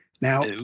Now